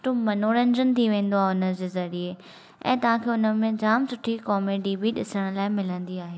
सुठो मनोरंजन थी वेंदो आहे हुन जे ज़रिए ऐ तव्हांखे उन में जाम सुठी कॉमेडी बि ॾिसण लाइ मिलंदी आहे